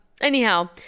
anyhow